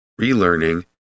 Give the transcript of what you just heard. relearning